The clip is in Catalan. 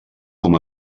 com